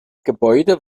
gebäude